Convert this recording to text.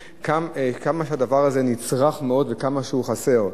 כמה שהדבר הזה נצרך מאוד וכמה שהוא חסר.